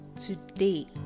today